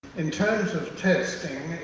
in terms of testing,